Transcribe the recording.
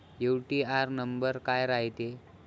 UTR number काय रायते?